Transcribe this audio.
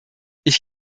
ich